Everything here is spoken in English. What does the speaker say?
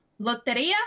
Loteria